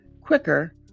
quicker